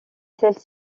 celles